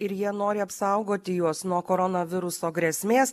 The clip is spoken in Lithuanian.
ir jie nori apsaugoti juos nuo koronaviruso grėsmės